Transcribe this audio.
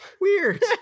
weird